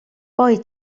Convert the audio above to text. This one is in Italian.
poi